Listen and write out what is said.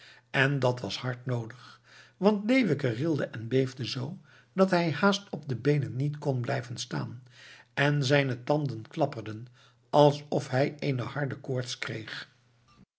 en dat was hard noodig want leeuwke rilde en beefde zoo dat hij haast op de beenen niet kon blijven staan en zijne tanden klapperden alsof hij eene harde koorts kreeg